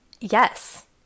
Yes